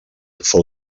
fou